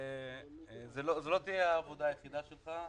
זו לא תהיה העבודה היחידה שלך.